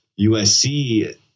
USC